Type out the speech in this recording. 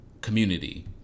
community